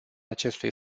acestui